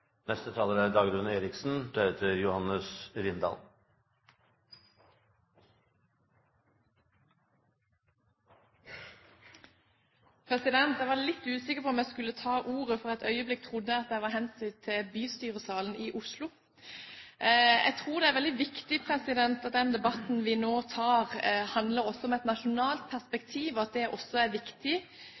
Jeg var litt usikker på om jeg skulle ta ordet, for et øyeblikk følte jeg meg hensatt til bystyresalen i Oslo. Jeg tror det er veldig viktig at den debatten vi nå tar, også har et nasjonalt perspektiv.